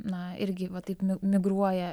na irgi va taip mi migruoja